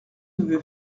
devait